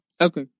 Okay